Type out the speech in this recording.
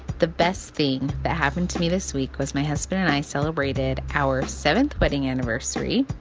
the best thing that happened to me this week was my husband and i celebrated our seventh wedding anniversary.